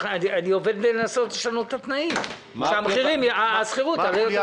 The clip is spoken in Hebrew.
אני עובד בניסיון לשנות את התנאים, שהשכירות תרד.